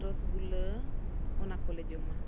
ᱨᱚᱥᱜᱩᱞᱟᱹ ᱚᱱᱟ ᱠᱚᱞᱮ ᱡᱚᱢᱟ